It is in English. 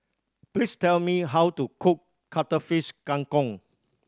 please tell me how to cook Cuttlefish Kang Kong